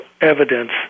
evidence